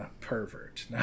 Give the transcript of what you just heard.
pervert